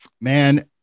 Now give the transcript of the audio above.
man